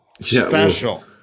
Special